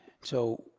so,